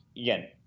again